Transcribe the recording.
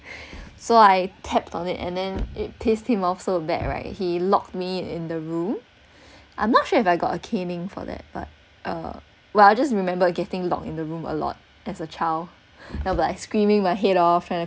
so I tapped on it and then it pissed him off so bad right he locked me in the room I'm not sure if I got a caning for that but uh well I just remember getting locked in the room a lot as a child no but I screaming my head off trying